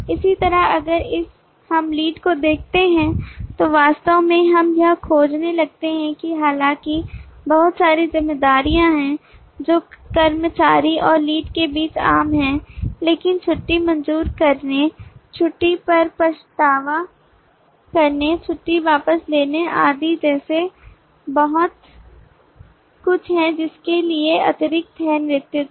इसी तरह अगर हम लीड को देखते हैं तो वास्तव में हम यह खोजने लगते हैं कि हालांकि बहुत सारी जिम्मेदारियां हैं जो कर्मचारी और लीड के बीच आम हैं लेकिन छुट्टी मंजूर करने छुट्टी पर पछतावा करने छुट्टी वापस लेने आदि जैसे बहुत कुछ है जिसके लिए अतिरिक्त हैं नेतृत्व